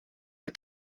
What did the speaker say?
the